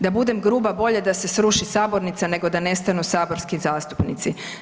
Da budem gruba, bolje da se sruši sabornica nego da nestanu saborski zastupnici.